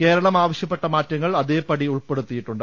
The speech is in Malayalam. കേരളം ആവശ്യപ്പെട്ട മാറ്റങ്ങൾ അതേപടി ഉൾപെടുത്തിയിട്ടുണ്ട്